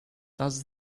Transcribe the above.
does